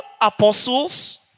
apostles